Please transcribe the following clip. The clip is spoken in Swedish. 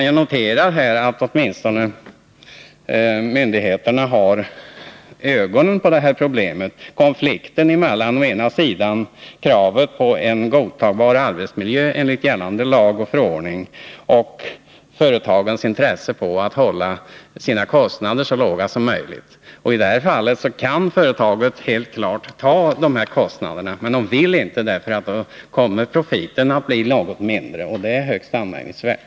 Jag noterar dock att myndig Nr 29 heterna åtminstone har ögonen på detta problem — alltså konflikten mellan å Torsdagen den ena sidan kravet på godtagbar arbetsmiljö enlig gällande lag och förordning 20 november 1980 och å andra sidan företagens intresse att hålla sina kostnader så låga som möjligt. I det här fallet skulle företaget helt klart kunna bära dessa kostnader. Det vill man dock inte, för då kommer profiten att bli något mindre. Jag tycker att förfarandet är anmärkningsvärt.